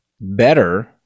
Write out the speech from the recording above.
better